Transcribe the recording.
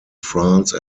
france